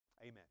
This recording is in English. Amen